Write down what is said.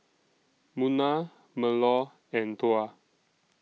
Munah Melur and Tuah